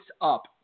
up